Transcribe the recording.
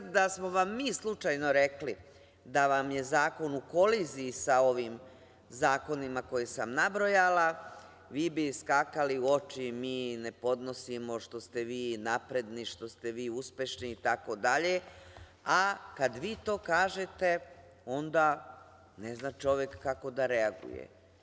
Da smo vam mi slučajno rekli da vam je zakon u koliziji sa ovim zakonima koje sam nabrojala, vi bi skakali u oči, mi ne podnosimo što ste vi napredni, što ste vi uspešni, itd, a kada vi to kažete onda ne zna čovek kako da reaguje.